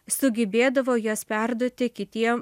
sugebėdavo juos perduoti kitiem